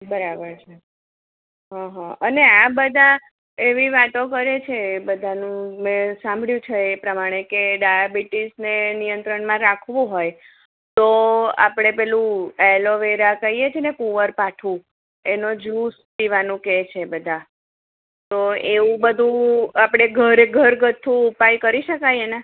બરાબર છે અંહ અને આ બધા એવી વાતો કરે છે બધાનું મેં સાંભળ્યું છે એ પ્રમાણે કે ડાયાબિટીસને નિયંત્રણમાં રાખવું હોય તો આપણે પેલું એલો વેરા કહીએ છીએને કુવરપાઠું એનો જ્યુસ પીવાનો કે છે બધા તો એવું બધું આપણે ઘરે ઘરગથ્થું ઉપાય કરી શકાય એના